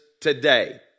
today